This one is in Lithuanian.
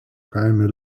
kaime